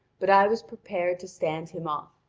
but i was prepared to stand him off,